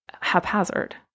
haphazard